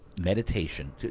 meditation